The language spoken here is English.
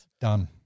done